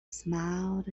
smiled